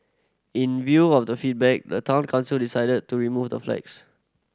in view of the feedback the Town Council decided to remove the flags